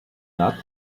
that